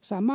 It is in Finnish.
samaan malliin